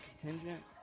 contingent